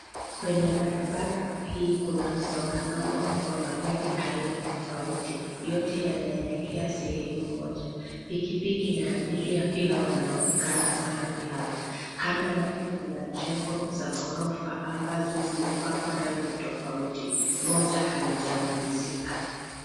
Kwenye barabara hii kuna msongamano wa magari aina tofauti. Yote yanaelekea sehemu moja. Pikipiki na abiria pia wanaonekana mahali hapa. Kando yake kuna jengo za ghorofa ambazo zimepakwa rangi tofauti, moja haijamalizika.